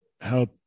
help